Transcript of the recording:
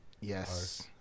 Yes